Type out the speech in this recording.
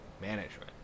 management